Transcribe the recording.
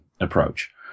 approach